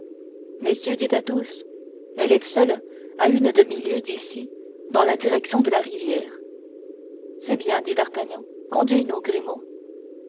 messieurs dit athos elle est seule à une demi-lieue d'ici dans la direction de la rivière c'est bien dit d'artagnan conduis nous grimaud